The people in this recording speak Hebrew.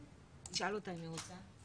מעולה.